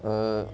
uh